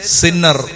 sinner